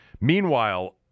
Meanwhile